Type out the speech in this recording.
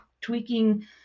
tweaking